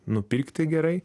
nupirkti gerai